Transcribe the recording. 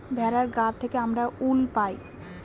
ভেড়ার গা থেকে আমরা উল পাই